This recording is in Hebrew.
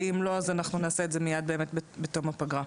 ואם לא אנחנו נעשה את זה מיד בתום הפגרה.